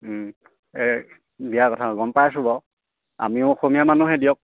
এই বিয়া কথা গম পাই আছো বাৰু আমিও অসমীয়া মানুহে দিয়ক